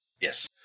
Yes